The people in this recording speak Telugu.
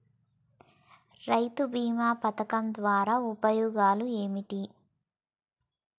రైతు బీమా పథకం ద్వారా ఉపయోగాలు ఏమిటి?